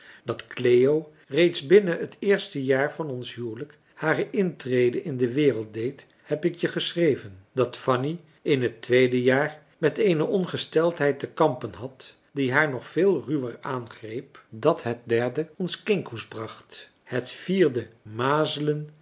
dat cleo reeds binnen het eerste jaar van ons huwelijk hare intrede in de wereld deed heb ik je geschreven dat fanny in het tweede jaar met eene ongesteldheid te kampen had die haar nog veel ruwer aangreep dat het derde ons kinkhoest bracht het vierde mazelen